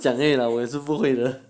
讲而已啦我也是不会的